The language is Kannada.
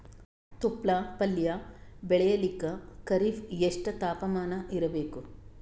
ತೊಪ್ಲ ಪಲ್ಯ ಬೆಳೆಯಲಿಕ ಖರೀಫ್ ಎಷ್ಟ ತಾಪಮಾನ ಇರಬೇಕು?